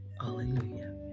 Hallelujah